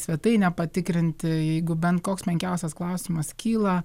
svetainę patikrinti jeigu bent koks menkiausias klausimas kyla